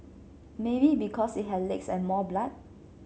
maybe because it had legs and more blood